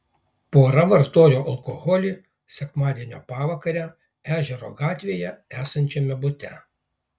pora vartojo alkoholį sekmadienio pavakarę ežero gatvėje esančiame bute